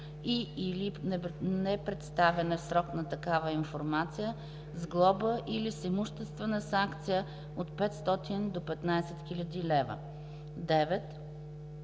9.